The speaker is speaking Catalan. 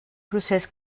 procés